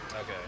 Okay